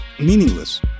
meaningless